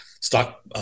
stock